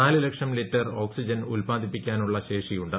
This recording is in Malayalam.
നാല് ലക്ഷം ലിറ്റർ ഓക്സിജൻ ഉല്പാദിപ്പിക്കാനുള്ള ശേഷിയുണ്ട്